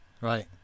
Right